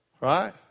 right